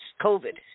COVID